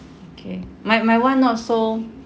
okay my my one not so